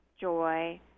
joy